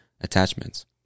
attachments